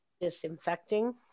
disinfecting